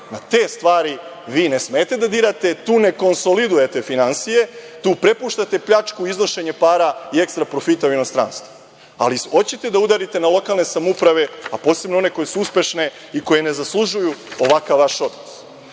Na te stvari vi ne smete da dirate, tu ne konsolidujete finansije, tu prepuštate pljačku, iznošenje para i ekstraprofit u inostranstvo. Ali hoćete da udarite na lokalne samouprave, a posebno one koje su uspešne i koje ne zaslužuju ovakav vaš odnos. Zato